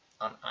on